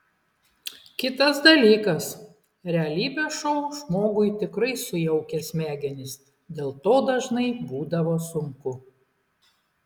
kitas dalykas realybės šou žmogui tikrai sujaukia smegenis dėl to dažnai būdavo sunku